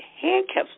handcuffs